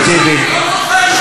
מה עם דומא?